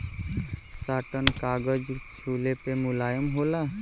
satin कागज छुले पे मुलायम होला